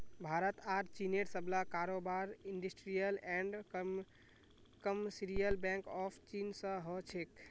भारत आर चीनेर सबला कारोबार industrial and commercial bank of चीन स हो छेक